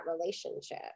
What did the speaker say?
relationship